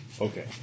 Okay